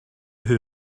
who